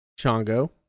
Chongo